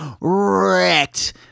wrecked